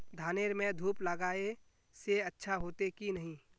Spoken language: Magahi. धानेर में धूप लगाए से अच्छा होते की नहीं?